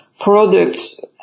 products